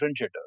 differentiator